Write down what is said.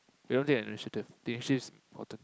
they don't take the initiative they she's important